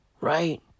Right